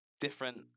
different